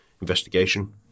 investigation